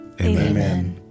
Amen